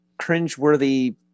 cringeworthy